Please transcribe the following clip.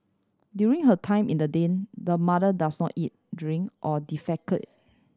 during her time in the den the mother does not eat drink or defecate